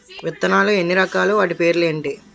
విత్తనాలు ఎన్ని రకాలు, వాటి పేర్లు ఏంటి?